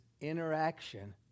interaction